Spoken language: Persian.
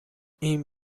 این